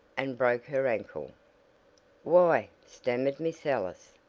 and broke her ankle why, stammered miss ellis,